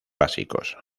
básicos